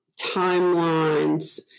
timelines